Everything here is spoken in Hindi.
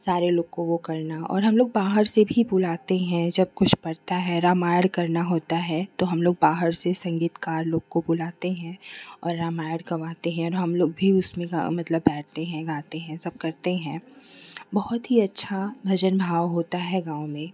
सारे लोग को वह करना और हमलोग बाहर से भी बुलाते हैं जब कुछ पड़ता है रामायण करना होता है तो हमलोग बाहर से संगीतकार लोग को बुलाते हैं और रामायण करवाते हैं और हमलोग भी उसमें मतलब बैठते हैं गाते हैं सब करते हैं बहुत ही अच्छा भजन भाव होता है गाँव में